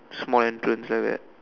small entrance at where